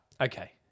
Okay